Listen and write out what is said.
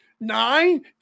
nine